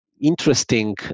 interesting